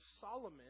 Solomon